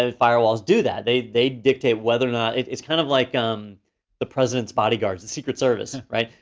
ah firewalls do that. they they dictate whether or not, it's kind of like um the president's bodyguards, the secret service, right?